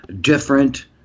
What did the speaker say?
different